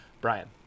Brian